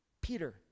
Peter